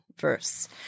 verse